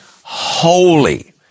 holy